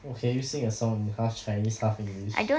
well can you sing a song in half chinese half english